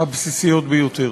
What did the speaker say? הבסיסיים ביותר.